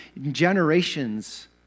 generations